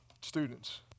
students